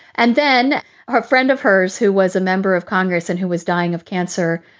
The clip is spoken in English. and then her friend of hers, who was a member of congress and who was dying of cancer,